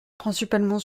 principalement